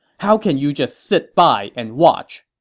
how can you just sit by and watch?